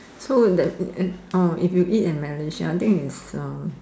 so that it's orh if you eat in Malaysia I think it's uh